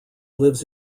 lives